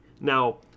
Now